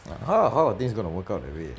like how how are things going to work out that way